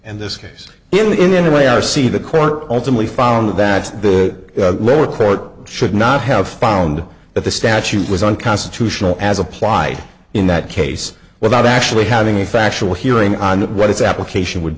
and this case in any way r c the court ultimately found that the lower court should not have found that the statute was unconstitutional as applied in that case without actually having a factual hearing on what its application would